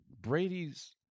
Brady's